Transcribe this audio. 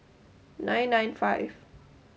nine nine five